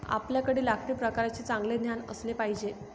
आपल्याकडे लाकडी प्रकारांचे चांगले ज्ञान असले पाहिजे